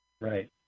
Right